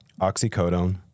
oxycodone